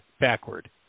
backward